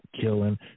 killing